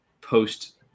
post